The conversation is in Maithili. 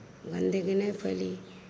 गंदगी नहि फैली